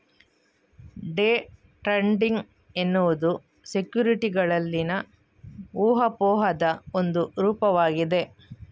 day trading ಎನ್ನುವುದು ಸೆಕ್ಯುರಿಟಿಗಳಲ್ಲಿನ ಊಹಾಪೋಹದ ಒಂದು ರೂಪವಾಗಿದೆ